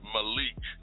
Malik